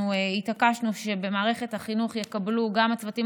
התעקשנו שבמערכת החינוך יקבלו גם הצוותים